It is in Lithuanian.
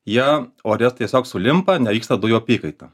jie ore tiesiog sulimpa nevyksta dujų apykaita